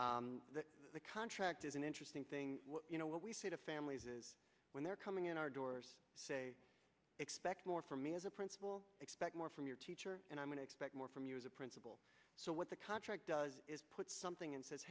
the contract is an interesting thing you know what we say to families is when they're coming in our doors expect more from me as a principle expect more from your teacher and i'm going to expect more from you as a principal so what the contract does is put something and says